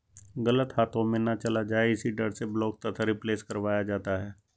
गलत हाथों में ना चला जाए इसी डर से ब्लॉक तथा रिप्लेस करवाया जाता है